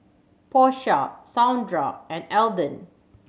Porsha Saundra and Alden